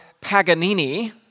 Paganini